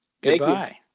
goodbye